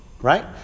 right